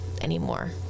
anymore